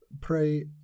pray